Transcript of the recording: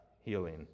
healing